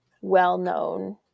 well-known